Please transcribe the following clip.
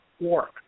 work